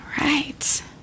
right